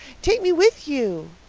take me with you,